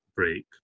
break